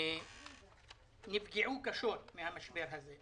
נפגעו קשות מהמשבר הזה.